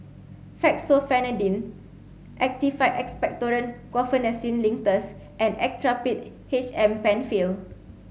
Fexofenadine Actified Expectorant Guaiphenesin Linctus and Actrapid H M Penfill